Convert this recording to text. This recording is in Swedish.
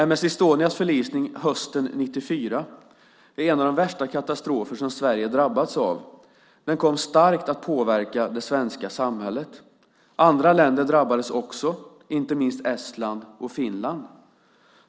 M/S Estonias förlisning hösten 1994 är en av de värsta katastrofer som Sverige har drabbats av. Den kom starkt att påverka det svenska samhället. Andra länder drabbades också, inte minst Estland och Finland.